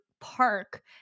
park